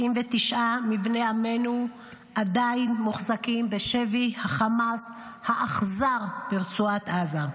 79 מבני עמנו עדיין מוחזקים בשבי החמאס האכזר ברצועת עזה.